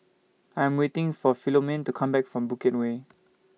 I'm waiting For Philomene to Come Back from Bukit Way